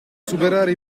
superare